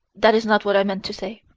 that is not what i meant to say.